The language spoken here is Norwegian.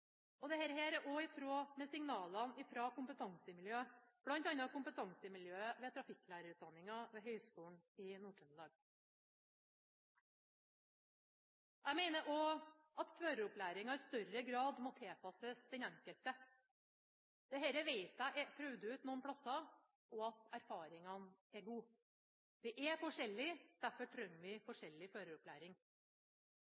er også i tråd med signalene fra kompetansemiljøet bl.a. ved trafikklærerutdanningen ved Høgskolen i Nord-Trøndelag. Jeg mener også at føreropplæringen i større grad må tilpasses den enkelte. Dette vet jeg er prøvd ut noen plasser, og erfaringene er gode. Vi er forskjellige, derfor trenger vi